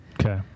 Okay